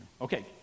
Okay